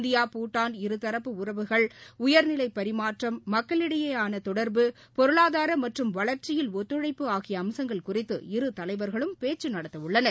India Bhutan இருதரப்பு உறவுகள் உயர்நிலை பரிமாற்றம் மக்களிடையேயான தொடர்பு பொருளாதார மற்றும் வளா்ச்சியில் ஒத்துழழப்பு ஆகிய அம்சங்கள் குறித்து இரு தலைவா்களும் பேச்சு நடத்தவுள்ளன்